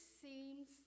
seems